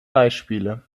beispiele